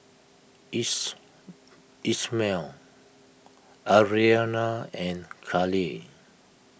is Ishmael Arianna and Callie